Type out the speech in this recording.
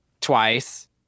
twice